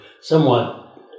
somewhat